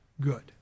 good